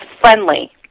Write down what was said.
friendly